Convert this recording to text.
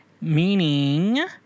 meaning